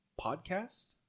Podcast